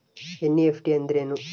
NEFT ಅಂದ್ರೆನು?